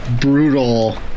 brutal